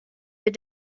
wir